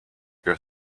your